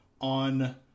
on